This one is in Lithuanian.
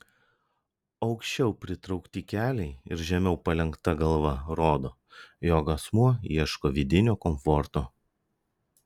aukščiau pritraukti keliai ir žemiau palenkta galva rodo jog asmuo ieško vidinio komforto